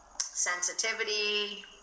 sensitivity